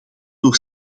door